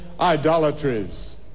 idolatries